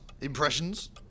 Impressions